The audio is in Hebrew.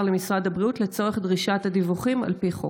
למשרד הבריאות לצורך דרישת הדיווחים על פי החוק?